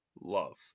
love